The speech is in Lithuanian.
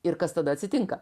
ir kas tada atsitinka